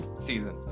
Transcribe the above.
season